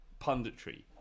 punditry